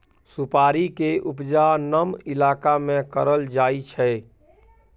सुपारी के उपजा नम इलाका में करल जाइ छइ